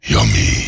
Yummy